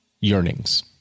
yearnings